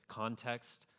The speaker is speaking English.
context